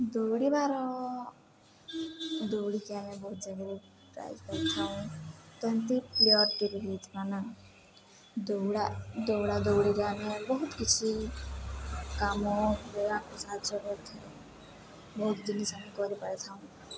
ଦୌଡ଼ିବାର ଦୌଡ଼ିକି ଆମେ ବହୁତ ଜାଗାରେ ପ୍ରାଇଜ୍ ପାଇଥାଉ ଯେମିତି ପ୍ଲେୟର ଟି ଭି ହେଇଥିଲା ନା ଦୌଡ଼ା ଦୌଡ଼ା ଦୌଡ଼ିକି ଆମେ ବହୁତ କିଛି କାମକୁ ସାହାଯ୍ୟ କରିଥାଉ ବହୁତ ଜିନିଷ ଆମେ କରିପାରିଥାଉଁ